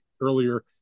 earlier